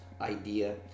idea